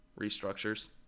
restructures